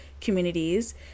communities